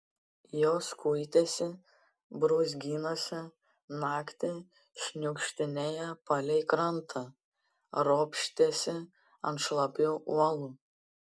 jos kuitėsi brūzgynuose naktį šniukštinėjo palei krantą ropštėsi ant šlapių uolų